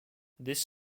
this